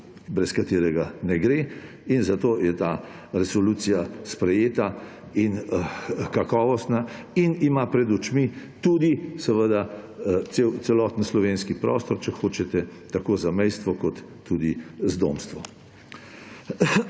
brez katerega ne gre in zato je ta resolucija sprejeta in kakovostna in ima pred očmi tudi seveda celoten slovenski prostor; če hočete tako zamejstvo kot tudi zdomstvo.